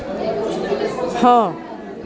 ଛଅ